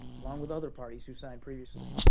along with other parties who signed previously.